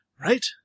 Right